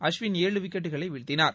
அஸ்வின் ஏழு விக்கெட்களை வீழ்த்தினார்